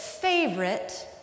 favorite